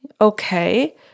okay